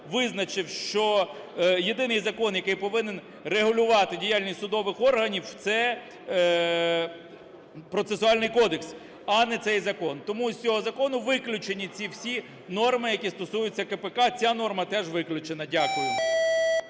визначив, що єдиний закон, який повинен регулювати діяльність судових органів – це процесуальний кодекс, а не цей закон. Тому з цього закону виключені ці всі норми, які стосуються КПК, ця норма теж виключена. Дякую.